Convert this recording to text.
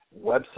website